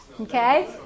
okay